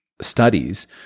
studies